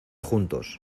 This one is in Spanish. juntos